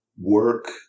work